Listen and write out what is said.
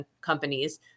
companies